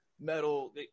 metal